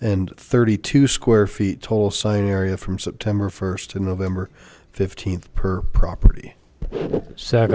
and thirty two square feet tall sign area from september first to november fifteenth per property s